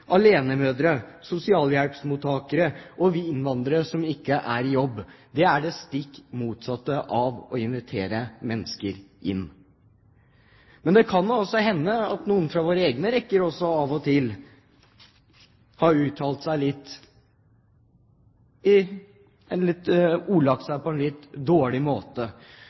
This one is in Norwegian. alenemødre, sosialhjelpsmottakere og innvandrere som ikke er i jobb. Det er det stikk motsatte av å invitere mennesker inn. Men det kan også hende at noen fra våre egne rekker av og til har ordlagt seg på en litt dårlig måte. Når man tror at det å bekjempe fattigdom og komme seg ut av en